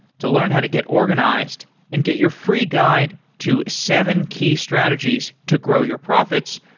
to learn how to get organized and get your free guide to seven key strategies to grow your profits,